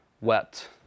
wept